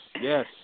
yes